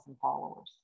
followers